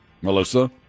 Melissa